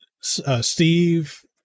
Steve